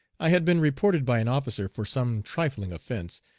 i had been reported by an officer for some trifling offence.